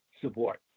support